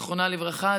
זיכרונה לברכה.